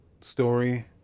story